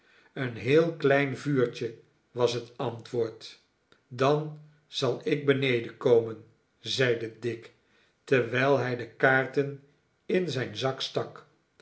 een heel klein vuurtje was het antwoord dan zal ik beneden komen zeide dick terwijl hij de kaarten in zijn zak stak